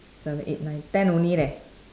seven eight nine ten only leh